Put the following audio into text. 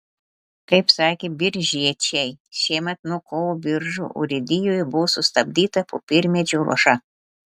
kaip sakė biržiečiai šiemet nuo kovo biržų urėdijoje buvo sustabdyta popiermedžių ruoša